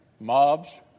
mobs